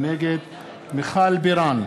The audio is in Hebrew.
נגד מיכל בירן,